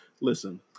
listen